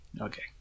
Okay